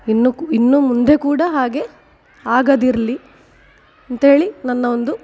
ಇನ್ನು ಕು ಇನ್ನು ಮುಂದೆ ಕೂಡ ಹಾಗೆ ಆಗದಿರಲಿ ಅಂತ ಹೇಳಿ ನನ್ನ ಒಂದು